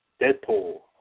Deadpool